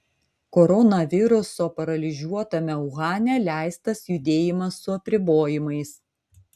koronaviruso paralyžiuotame uhane leistas judėjimas su apribojimais